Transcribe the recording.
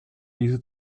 diese